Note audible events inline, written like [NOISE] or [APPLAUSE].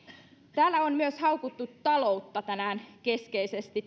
täällä on myös haukuttu tänään keskeisesti [UNINTELLIGIBLE]